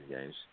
games